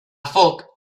foc